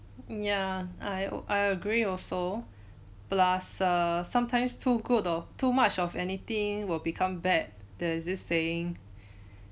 yeah I I agree also plus err sometimes too good or too much of anything will become bad there's this saying